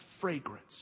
fragrance